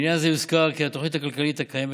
לעניין זה יוזכר כי התוכנית הכלכלית הקיימת